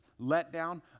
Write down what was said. letdown